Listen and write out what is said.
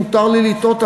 מותר לי לטעות,